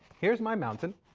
here's my mountain.